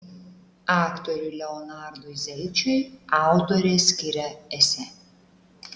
aktoriui leonardui zelčiui autorė skiria esė